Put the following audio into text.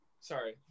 sorry